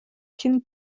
cyn